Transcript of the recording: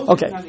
Okay